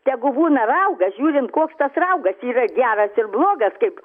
tegu būna raugas žiūrint koks tas raugas yra geras ir blogas kaip